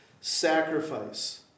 sacrifice